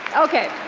ok,